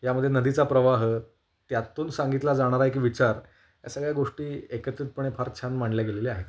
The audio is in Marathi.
यामध्ये नदीचा प्रवाह त्यातून सांगितला जाणारा एक विचार या सगळ्या गोष्टी एकत्रितपणे फार छान मांडल्या गेलेल्या आहेत